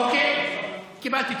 אוקיי, קיבלתי תשובה.